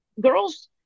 girls